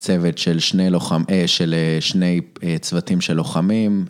צוות של שני צוותים של לוחמים.